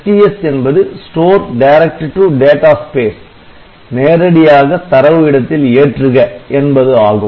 STS என்பது 'store direct to data space' நேரடியாக தரவு இடத்தில் ஏற்றுக என்பது ஆகும்